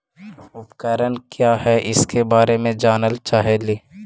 उपकरण क्या है इसके बारे मे जानल चाहेली?